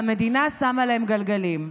והמדינה שמה להם גלגלים.